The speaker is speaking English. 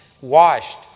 washed